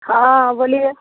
हाँ बोलिए